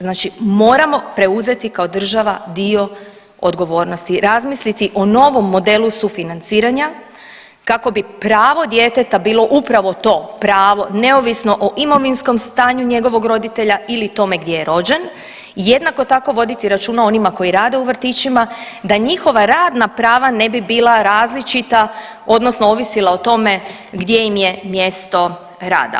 Znači moramo preuzeti kao država dio odgovornosti, razmisliti o novom modelu sufinanciranja kako bi pravo djeteta bilo upravo to pravo neovisno o imovinskom stanju njegovog roditelja ili tome gdje je rođen, jednako tako voditi računa o onima koji rade u vrtićima, da njihova radna prava ne bi bila različita odnosno ovisila o tome gdje im je mjesto rada.